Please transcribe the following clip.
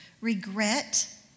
Regret